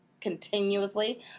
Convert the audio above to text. continuously